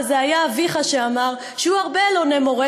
וזה היה אביך שאמר שיהיו הרבה אלוני-מורה,